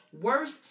worse